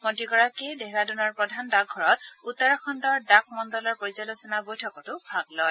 মন্ত্ৰীগৰাকীয়ে দেহৰাদুনৰ প্ৰধান ডাকঘৰত উত্তৰাখণ্ডৰ ডাক মণ্ডলৰ পৰ্যালোচনা বৈঠকতো ভাগ লয়